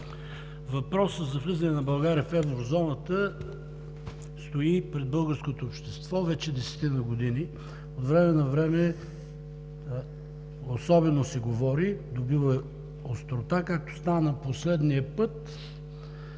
Въпросът за влизането на България в Еврозоната стои пред българското общество вече десетина години, а от време на време се говори и добива острота, както стана последния път